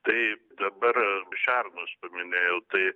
tai dabar šernus paminėjau